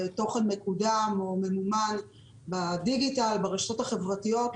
או תוכן מקודם בדיגיטל וברשתות החברתיות,